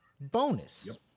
Bonus